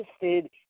interested